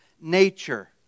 nature